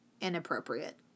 inappropriate